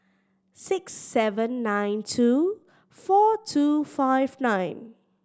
six seven nine two four two five nine